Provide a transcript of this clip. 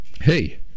Hey